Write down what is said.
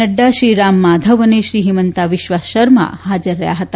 નક્રા શ્રી રામ માધવ અને શ્રી હિમન્તા વિશ્વા શર્મા હાજર રહ્યા હતા